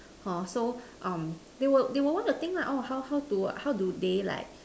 hor so um they would they would want to think lah orh how how to how do they like